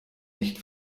nicht